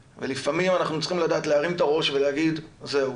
ולפעמים אנחנו צריכים לדעת להרים את הראש ולהגיד זהו,